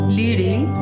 leading